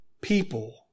people